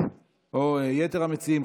או יתר המציעים,